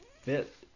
fit